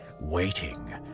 waiting